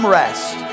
rest